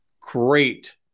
Great